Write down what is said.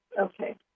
Okay